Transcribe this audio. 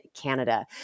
Canada